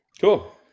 Cool